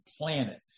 planet